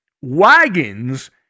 wagons